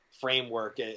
framework